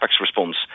response